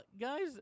guys